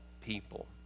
people